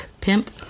pimp